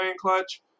clutch